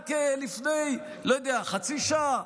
רק לפני, לא יודע, חצי שעה?